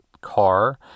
car